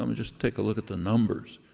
um just take a look at the numbers.